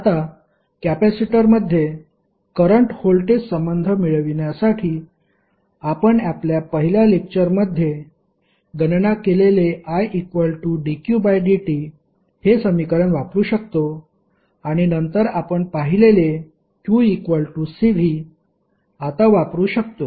आता कॅपेसिटरमध्ये current voltage संबंध मिळविण्यासाठी आपण आपल्या पहिल्या लेक्चरमध्ये गणना केलेले idqdt हे समीकरण वापरू शकतो आणि नंतर आपण पाहिलेले qCv आता वापरू शकतो